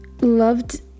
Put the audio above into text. loved